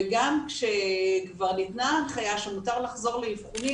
וגם כשכבר ניתנה הנחיה שמותר לחזור לאבחונים,